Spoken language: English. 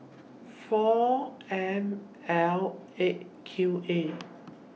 four M L eight Q A